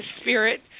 spirit